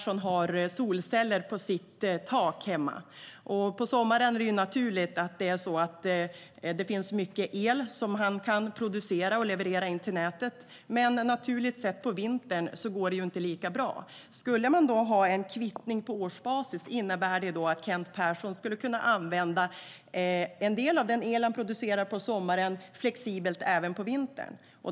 Han har solceller på sitt tak hemma. På sommaren är det naturligt så att det finns mycket el att producera och leverera in till nätet, men på vintern går det inte lika bra. En kvittning på årsbasis skulle innebära att Kent Persson kan använda en del av den el han producerar på sommaren flexibelt även på vintern.